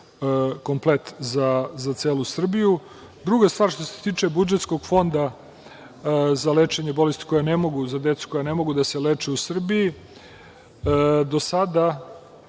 komplet za celu Srbiju. Druga stvar što se tiče budžetskog Fonda za lečenje bolesti za decu koja ne mogu da se leče u Srbiji, do sada